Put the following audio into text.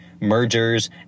mergers